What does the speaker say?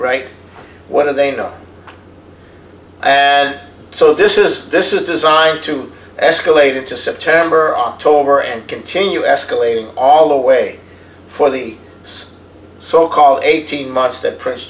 right what are they not and so this is this is designed to escalate into september october and continue escalating d all the way for the so called eighteen months that prince